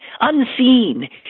unseen